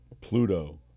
Pluto